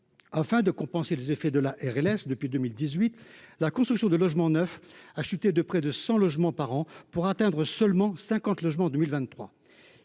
Afin de compenser les effets de la RLS depuis 2018, la construction de logements neufs a chuté de près de 100 unités par an, pour atteindre seulement 50 logements en 2023.